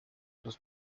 los